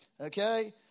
Okay